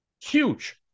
Huge